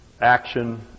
action